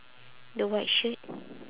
the white shirt